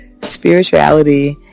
Spirituality